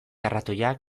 arratoiak